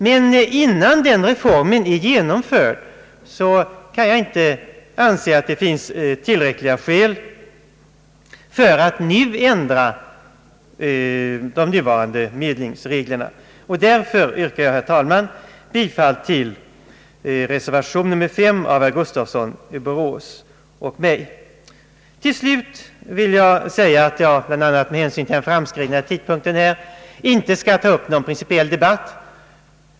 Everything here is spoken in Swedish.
Men innan den reformen är genomförd kan jag inte anse att det finns tillräckliga skäl för att ändra de nuvarande medlingsreglerna. Därför yrkar jag, herr talman, bifall till reservation nr 5 av herr Gustafsson i Borås och mig. Till slut vill jag säga att jag bl.a. med hänsyn till den framskridna tiden inte skall ta upp någon principiell debatt.